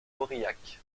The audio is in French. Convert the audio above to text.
aurillac